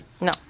no